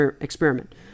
experiment